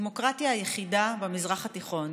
הדמוקרטיה היחידה במזרח התיכון,